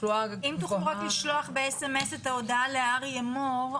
אם תוכלו לשלוח באס.אמ.אס הודעה לאריה מור,